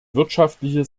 wirtschaftliche